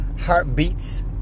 heartbeats